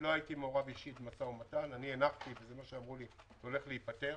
מעורב אישית במשא ומתן והנחתי שזה הולך להיפתר